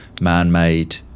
man-made